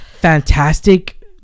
fantastic